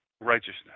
righteousness